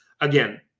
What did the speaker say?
Again